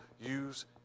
use